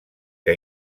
que